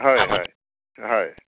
হয় হয় হয়